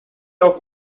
auf